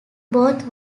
both